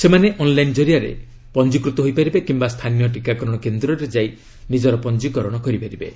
ସେମାନେ ଅନ୍ଲାଇନ ଜରିଆରେ ପଞ୍ଜିକୃତ ହୋଇପାରିବେ କିମ୍ବା ସ୍ଥାନୀୟ ଟିକାକରଣ କେନ୍ଦ୍ରରେ ଯାଇ ନିଜର ପଞ୍ଜିକରଣ କରିପାରିବେ